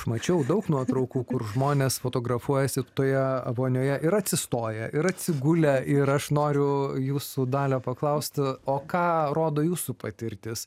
aš mačiau daug nuotraukų kur žmonės fotografuojasi toje vonioje ir atsistoję ir atsigulę ir aš noriu jūsų dalia paklaust o ką rodo jūsų patirtis